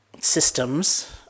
systems